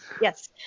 Yes